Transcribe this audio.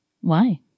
Why